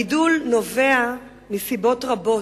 הגידול נובע מסיבות רבות,